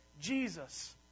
Jesus